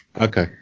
Okay